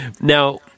Now